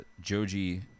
Joji